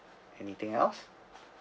anything else